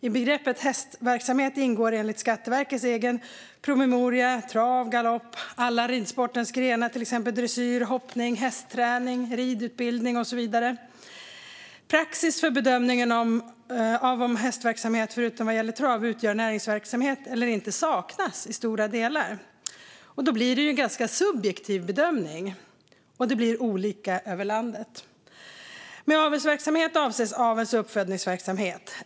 I begreppet hästverksamhet ingår, enligt Skatteverkets egen promemoria, trav, galopp, alla ridsportens grenar, till exempel dressyr och hoppning, hästträning, ridutbildning och så vidare. Praxis för bedömningen av om hästverksamhet, förutom trav, utgör näringsverksamhet eller inte saknas i stora delar. Då blir det en ganska subjektiv bedömning, och det blir olika över landet. Med avelsverksamhet avses avels och uppfödningsverksamhet.